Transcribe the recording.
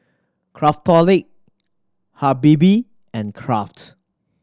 Craftholic Habibie and Kraft